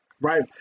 right